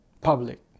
public